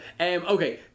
okay